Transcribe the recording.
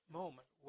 moment